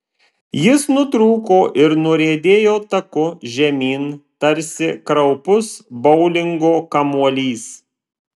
jis nutrūko ir nuriedėjo taku žemyn tarsi kraupus boulingo kamuolys